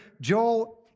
Joel